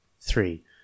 three